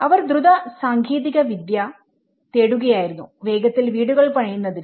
അവർ ദ്രുത സാങ്കേതികവിദ്യ തേടുകയായിരുന്നു വേഗത്തിൽ വീടുകൾ പണിയുന്നതിന്